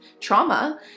trauma